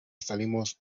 salimos